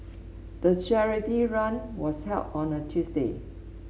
the charity run was held on a Tuesday